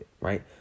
right